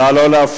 נא לא להפריע.